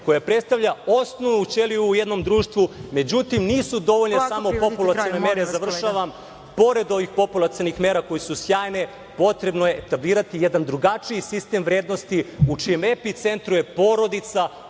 koja predstavlja osnovnu ćeliju u jednom društvu, međutim, nisu dovoljne samo populacione mere. Pored ovih populacionih mera koje su sjajne potrebno je etablirati jedan drugačiji sistem vrednosti u čijem epicentru je porodica,